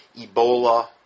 Ebola